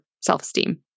self-esteem